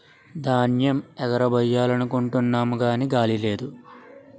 ధాన్యేమ్ ఎగరబొయ్యాలనుకుంటున్నాము గాని గాలి లేదు